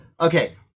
okay